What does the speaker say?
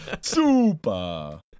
Super